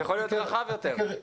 יכול להיות רחב יותר?